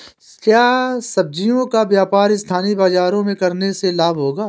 क्या सब्ज़ियों का व्यापार स्थानीय बाज़ारों में करने से लाभ होगा?